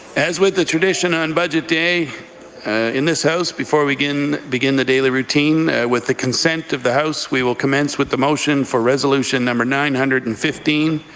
as with the tradition on budget day in this house before we begin begin the daily routine with the consent of the house, we will commence with the motion for resolution number nine hundred and fifteen,